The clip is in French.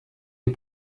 les